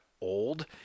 old